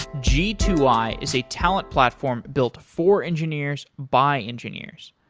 g two i is a talent platform built for engineers by engineers.